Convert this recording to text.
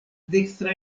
dekstra